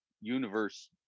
universe